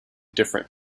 different